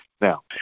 Now